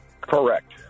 correct